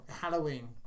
Halloween